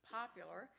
popular